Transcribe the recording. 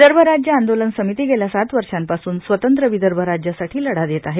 विदर्भ राज्य आव्वोलन समिती गेल्या सात वर्षापासून स्वतव्व विदर्भ राज्यासाठी लढा देत आहे